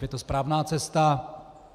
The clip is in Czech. Je to správná cesta.